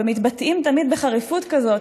ומתבטאים תמיד בחריפות כזאת,